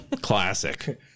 Classic